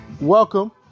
welcome